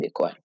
Bitcoin